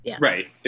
Right